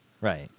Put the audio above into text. right